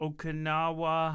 Okinawa